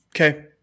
okay